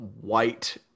white